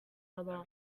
other